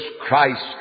Christ